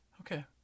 Okay